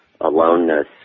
aloneness